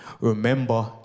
remember